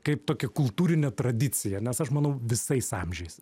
kaip tokia kultūrinė tradicija nes aš manau visais amžiais